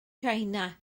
china